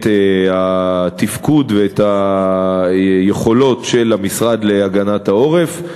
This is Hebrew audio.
התפקוד והיכולות של המשרד להגנת העורף.